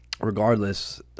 Regardless